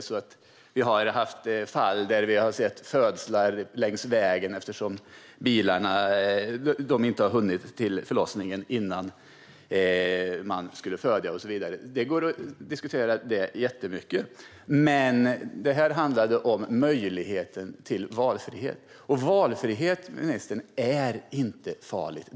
Det har funnits fall där födslar har skett längs vägen eftersom bilarna inte har hunnit fram till BB före förlossningen. Detta kan man diskutera jättemycket. Debatten handlade dock om möjligheten till valfrihet. Valfrihet, ministern, är inte farligt.